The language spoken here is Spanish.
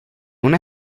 una